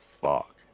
Fuck